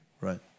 Right